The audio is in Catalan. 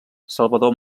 salvador